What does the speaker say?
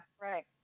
right